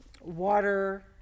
water